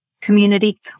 community